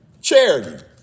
charity